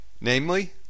namely